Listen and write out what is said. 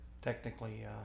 Technically